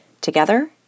Together